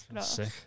sick